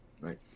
Right